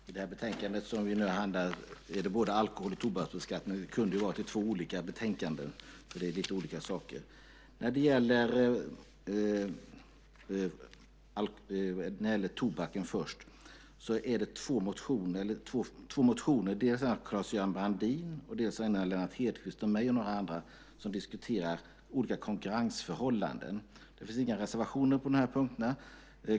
Herr talman! I det betänkande som vi nu behandlar är det både alkohol och tobaksbeskattning. Det kunde ha varit i två olika betänkanden. Det är ju lite olika saker. När det gäller tobak är det två motioner, en av Claes-Göran Brandin och en av Lennart Hedquist och mig och några andra, som diskuterar olika konkurrensförhållanden. Det finns inga reservationer på de här punkterna.